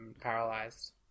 paralyzed